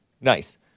nice